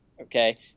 Okay